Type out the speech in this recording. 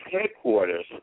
headquarters